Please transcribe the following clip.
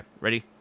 Ready